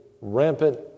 rampant